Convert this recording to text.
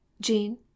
Jean